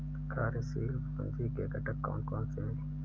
कार्यशील पूंजी के घटक कौन कौन से हैं?